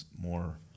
more